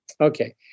Okay